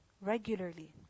regularly